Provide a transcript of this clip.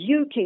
UK